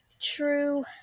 True